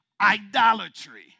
idolatry